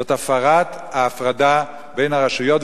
זו הפרת ההפרדה בין הרשויות,